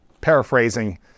paraphrasing